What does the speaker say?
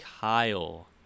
Kyle